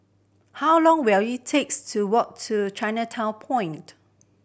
how long will it takes to walk to Chinatown Point